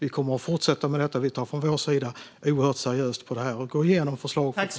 Vi kommer att fortsätta med detta, och vi tar från vår sida oerhört seriöst på det här och går igenom förslag för förslag.